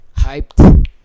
hyped